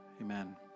amen